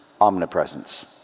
omnipresence